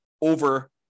over